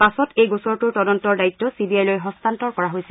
পাছত এই গোচৰটোৰ তদন্তৰ দায়িত্ব চিবিআইলৈ হস্তান্তৰ কৰা হৈছিল